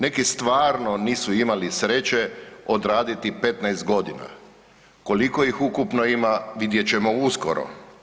Neki stvarno nisu imali sreće odraditi 15 godina, koliko ih ukupno ima, vidjet ćemo uskoro.